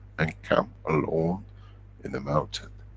and camp alone in the mountain.